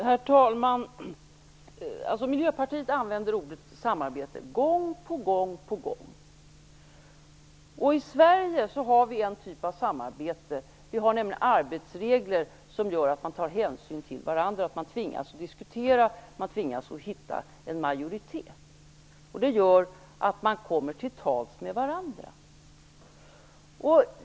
Herr talman! Miljöpartiet använder gång på gång ordet samarbete. I Sverige har vi en typ av samarbete. Vi har nämligen arbetsregler som gör att man tar hänsyn till varandra. Man tvingas diskutera, och man tvingas hitta en majoritet. Det gör att man kommer till tals med varandra.